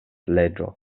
leĝo